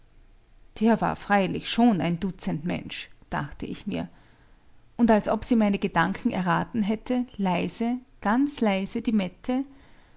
der war freilich schon ein dutzendmensch dachte ich mir und als ob sie meine gedanken erraten hätte leise ganz leise die mette